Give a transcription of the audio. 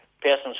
person's